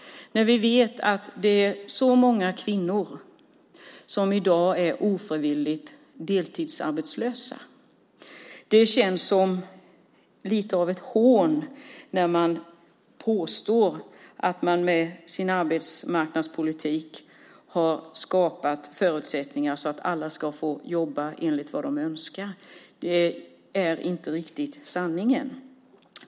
Vi vet att det är så många kvinnor som i dag är ofrivilligt deltidsarbetslösa. Det känns som lite av ett hån när man påstår att man med sin arbetsmarknadspolitik har skapat förutsättningar för att alla ska få jobba som de önskar. Det är inte riktigt sanningen.